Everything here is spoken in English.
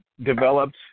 developed